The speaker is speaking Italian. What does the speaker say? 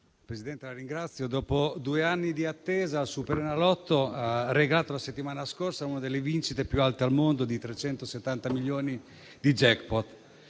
Presidente, dopo due anni di attesa il SuperEnalotto ha regalato la settimana scorsa una delle vincite più alte al mondo, di 370 milioni di *jackpot*.